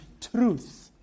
truth